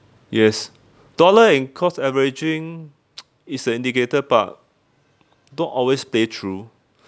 yes dollar and cost averaging is an indicator but not always play through